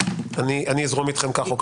אני אזרום אתכם כך או כך.